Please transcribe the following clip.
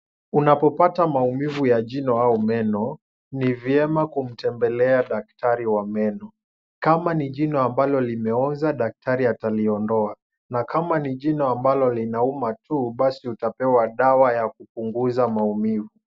Unapopata maumivu ya jino au meno, ni vyema kumtembelea daktari wa meno. Kama ni jino ambalo limeoza daktari ataliondoa na kama ni jino ambalo linauma tu basi utapewa dawa ya kupunguza maumivu.